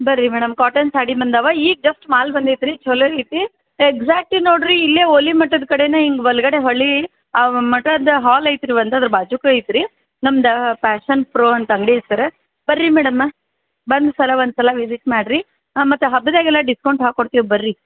ಬರ್ರಿ madam cotton sari ಬಂದವ ಈಗ ಜಸ್ಟ್ ಮಾಲ್ ಬಂದೈತಿ ರೀ ಛಲೋ ಐತ್ರೀ ಎಕ್ಸಾಕ್ಟ್ಲಿ ನೋಡ್ರಿ ಇಲ್ಲೇ ಹೋಲಿ ಮಠದ ಕಡೆನೇ ಹಿಂಗೆ ಬಲ್ಗಡೆ ಹೋಲಿ ಅವ ಮಠದ ಹಾಲ್ ಐತ್ರೀ ಒಂದು ಅದರ ಬಾಜುಪೆ ಇದ್ರಿ ನಮ್ದ ಫ್ಯಾಷನ್ ಪ್ರೊ ಅಂತ ಅಂಗಡಿ ಇತಿ ಸರ್ರ ಬರ್ರಿ ಮೇಡಮ್ ಬಂದು ಒಂದ್ಸಲ ಒಂದ್ಸಲ ವಿಸಿಟ್ ಮಾಡ್ರಿ ಮತ್ತು ಹಬ್ಬದಾಗೆಲ್ಲ ಡಿಸ್ಕೌಂಟ್ ಹಾಕಿ ಕೊಡ್ತೀವಿ ಬರ್ರಿ